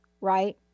right